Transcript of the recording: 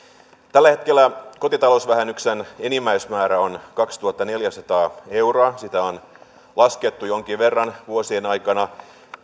tällä hetkellä kotitalousvähennyksen enimmäismäärä on kaksituhattaneljäsataa euroa sitä on laskettu jonkin verran vuosien aikana